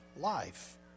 life